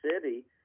City